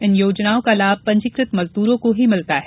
इन योजनाओं का लाभ पंजीकृत मजद्रों को ही मिलता है